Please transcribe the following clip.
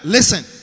Listen